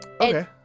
okay